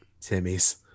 timmy's